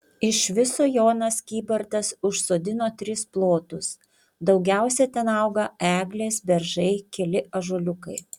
iš viso jonas kybartas užsodino tris plotus daugiausiai ten auga eglės beržai keli ąžuoliukai